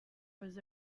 was